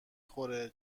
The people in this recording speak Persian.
خوره